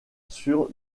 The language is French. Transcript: sur